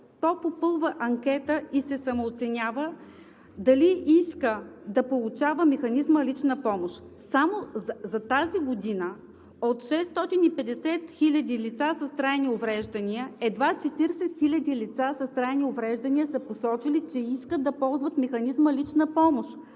То попълва анкета и се самооценява дали иска да получава механизма „лична помощ“. Само за тази година от 650 хиляди лица с трайни увреждания едва 40 хиляди лица с трайни увреждания са посочили, че искат да ползват механизма „лична помощ“,